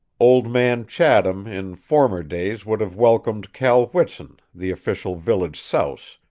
old man chatham in former days would have welcomed cal whitson, the official village souse,